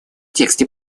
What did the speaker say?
тексте